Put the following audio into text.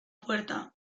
puerta